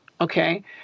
Okay